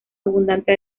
abundante